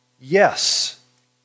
yes